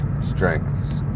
strengths